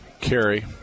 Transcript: carry